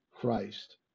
Christ